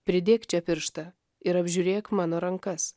pridėk čia pirštą ir apžiūrėk mano rankas